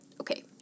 okay